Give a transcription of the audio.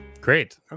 great